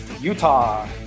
Utah